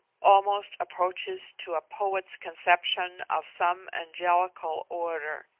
almost approaches to a poet's conception of some angelical order.